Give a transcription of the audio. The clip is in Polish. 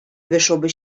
wyszłoby